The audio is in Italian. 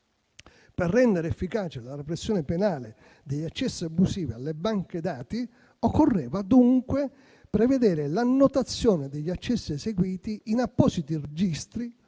Per rendere efficace la repressione penale degli accessi abusivi alle banche dati, occorreva dunque prevedere l'annotazione degli accessi eseguiti in appositi registri,